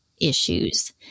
issues